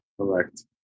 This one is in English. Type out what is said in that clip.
Correct